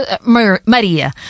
Maria